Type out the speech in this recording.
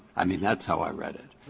i mean, that's how i read it.